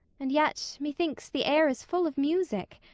and yet methinks the air is full of music.